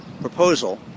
proposal